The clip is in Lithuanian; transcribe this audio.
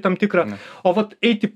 tam tikrą o vat eiti